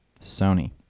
Sony